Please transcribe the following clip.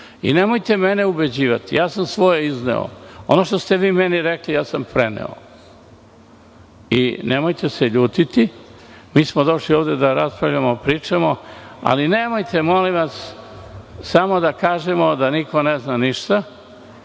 Nemojte mene ubeđivati, ja sam svoje izneo, ono što ste vi meni rekli ja sam preneo. Nemojte se ljutiti, mi smo došli ovde da raspravljamo, pričamo, ali nemojte molim vas samo da kažemo da niko ne zna ništa.